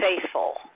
faithful